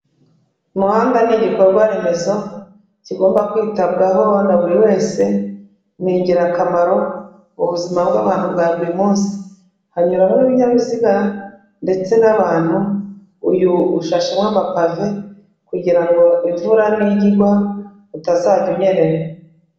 Umuhanda ni igikorwa remezo, kigomba kwitabwaho na buri wese, ni ingirakamaro ku buzima bw'abantutu bwa buri munsi, hanyuramo ibinyabiziga ndetse n'abantu, uyu ushashemo amapavei kugira ngo imvura nijya igwa utazajya unyerera.